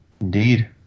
Indeed